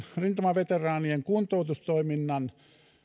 rintamaveteraanien kuntoutustoiminnan